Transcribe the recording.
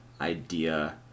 idea